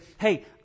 Hey